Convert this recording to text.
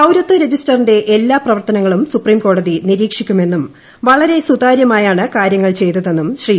പൌരത്വ രജിസ്റ്ററിന്റെ എല്ലാ പ്രവർത്തനങ്ങളും സുപ്രീം കോടതി നിരീക്ഷിക്കുമെന്നും വളർ സുതാര്യമായാണ് കാര്യങ്ങൾ ചെയ്തതെന്നും ശ്രീ